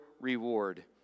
reward